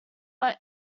but